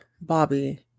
Bobby